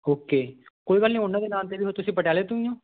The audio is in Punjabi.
ਓਕੇ ਕੋਈ ਗੱਲ ਨਹੀਂ ਉਹਨਾਂ ਦੇ ਨਾਮ 'ਤੇ ਵੀ ਤੁਸੀਂ ਪਟਿਆਲੇ ਤੋਂ ਹੀ ਹੋ